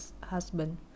husband